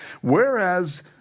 whereas